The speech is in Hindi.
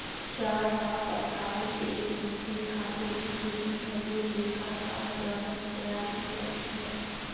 चार्ट ऑफ़ अकाउंट एक वित्तीय खातों की सूची है जो लेखाकार द्वारा तैयार की जाती है